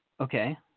Okay